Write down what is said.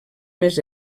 més